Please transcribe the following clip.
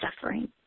suffering